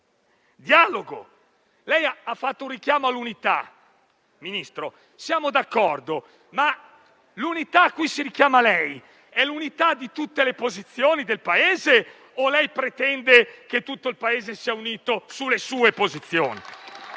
Ministro, lei ha fatto un richiamo all'unità. Siamo d'accordo, ma l'unità cui si richiama lei è l'unità di tutte le posizioni del Paese o pretende che tutto il Paese sia unito sulle sue posizioni?